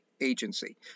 Agency